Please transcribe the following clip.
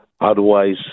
Otherwise